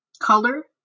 color